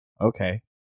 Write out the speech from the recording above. okay